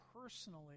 personally